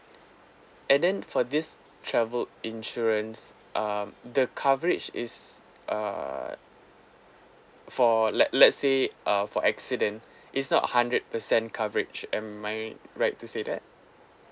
and then for this travel insurance um the coverage is err for let let say uh for accident it's not hundred percent coverage am I right to say that